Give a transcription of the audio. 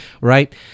right